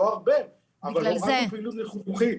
לא הרבה, אבל הורדנו פעילות של ניתוחים.